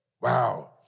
Wow